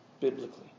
biblically